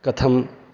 कथं